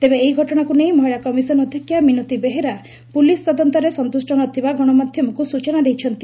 ତେବେ ଏହି ଘଟଶାକୁ ନେଇ ମହିଳା କମିଶନ ଅଧ୍ୟକା ମିନତୀ ବେହେରା ପୁଲିସ ତଦନ୍ତରେ ସନ୍ତୁଷ୍ ନଥିବା ଗଣମାଧ୍ଘମକୁ ସୂଚନା ଦେଇଛନ୍ତି